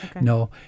No